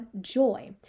joy